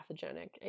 pathogenic